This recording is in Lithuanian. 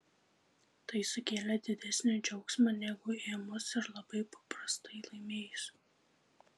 tai sukėlė didesnį džiaugsmą negu ėmus ir labai paprastai laimėjus